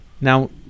Now